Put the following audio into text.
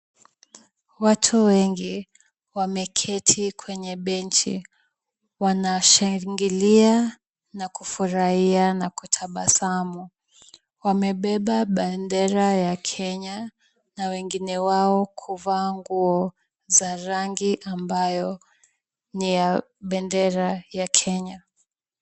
Watu wengi wameketi kwenye benchi, wanashangilia na kufurahia na kutabasamu. Wamebeba bendera ya Kenya na wengine wao kuvaa nguo za rangi ambayo ni ya bendera ya Kenya.